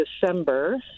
December